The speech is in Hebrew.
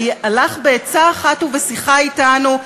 הלך בעצה אחת ובשיחה אתנו,